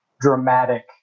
dramatic